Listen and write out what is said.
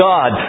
God